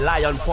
Lion